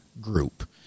group